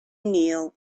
kneel